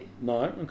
no